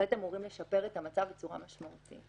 בהחלט אמורים לשפר את המצב בצורה משמעותית.